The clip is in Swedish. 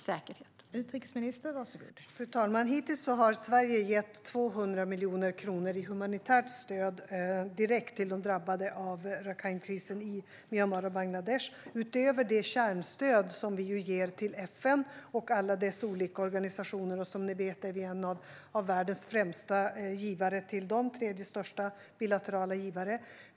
Fru talman! Hittills har Sverige gett 200 miljoner kronor i humanitärt stöd direkt till dem som har drabbats av Rakhinekrisen i Myanmar och Bangladesh, utöver det kärnstöd som vi ger till FN och alla dess olika organisationer. Som ni vet är vi en av världens främsta givare till FN; vi är den tredje största bilaterala givaren.